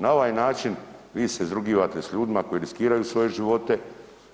Na ovaj način vi ste izrugivate s ljudima koji riskiraju svoje živote,